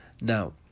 now